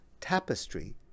tapestry